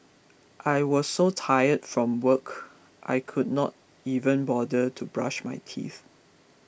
I was so tired from work I could not even bother to brush my teeth